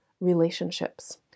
relationships